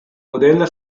modella